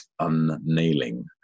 unnailing